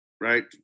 right